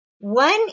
One